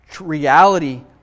reality